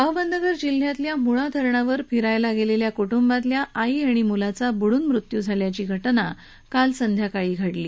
अहमदनगर जिल्ह्यातल्या मुळा धरणावर फिरायला गेलेल्या कुटुंबातल्या आई आणि मुलाचा बुडून मृत्यू झाल्याची घटना काल सायंकाळी घडली